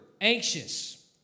anxious